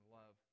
love